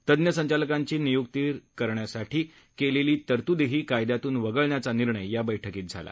तज्ज्ञ संचालकांची निय्क्ती करण्यासाठी केलेली तरतूदही कायद्यातून वगळण्याचा निर्णयही या बैठकीत झाला